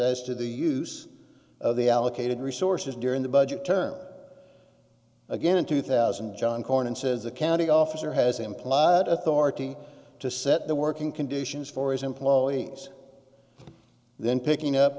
as to the use of the allocated resources during the budget term again in two thousand john cornyn says the county officer has implied authority to set the working conditions for his employees then picking up